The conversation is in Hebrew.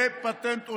זה פטנט עולמי.